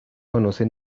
conoce